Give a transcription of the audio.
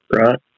Right